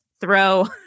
throw